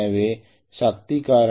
எனவே சக்தி காரணி 0